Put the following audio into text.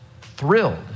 thrilled